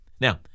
Now